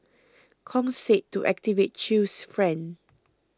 Kong said to activate Chew's friend